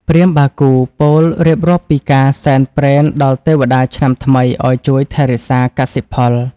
ព្រាហ្មណ៍បាគូពោលរៀបរាប់ពីការសែនព្រេនដល់ទេវតាឆ្នាំថ្មីឱ្យជួយថែរក្សាកសិផល។